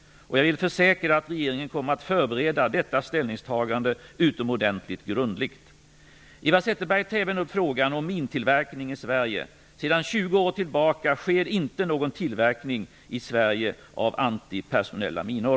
Jag vill försäkra att regeringen kommer att förbereda detta ställningstagande utomordentligt grundligt. Eva Zetterberg tar även upp frågan om mintillverkning i Sverige. Sedan 20 år tillbaka sker inte någon tillverkning i Sverige av antipersonella minor.